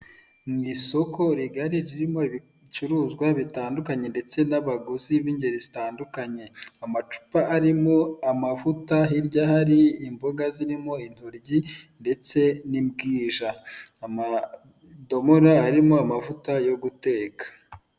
Mu isoko rigari ririmo ibicuruzwa bitandukanye ndetse n'abaguzi b'ingeri zitandukanye, amacupa arimo amavuta, hirya hari imboga zirimo intoryi ndetse n'ibwisha, amadomoro arimo amavuta yo guteka.